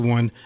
One